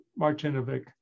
Martinovic